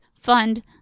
fund